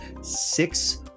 six